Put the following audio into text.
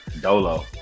Dolo